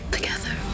together